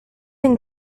and